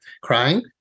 crying